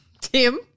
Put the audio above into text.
Tim